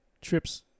trips